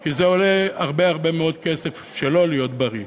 כי זה עולה הרבה הרבה מאוד כסף שלא להיות בריא.